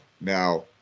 Now